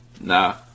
Nah